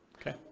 Okay